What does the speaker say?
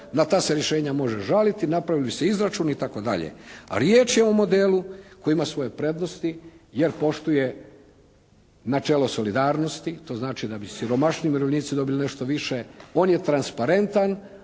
Na ta se rješenja može žaliti. Napravili bi se izračuni i tako dalje. A riječ je o modelu koji ima svoje prednosti jer poštuje načelo solidarnosti. To znači da bi siromašni umirovljenici dobili nešto više. On je transparentan.